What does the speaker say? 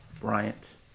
Bryant